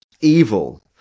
evil